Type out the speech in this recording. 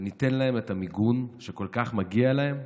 וניתן להם את המיגון שכל כך מגיע להם,